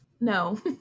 no